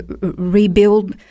rebuild